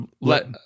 let